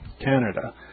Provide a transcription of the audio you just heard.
Canada